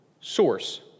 source